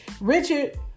Richard